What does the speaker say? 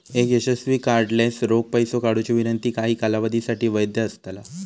एक यशस्वी कार्डलेस रोख पैसो काढुची विनंती काही कालावधीसाठी वैध असतला